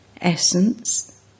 Essence